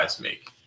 make